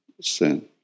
sin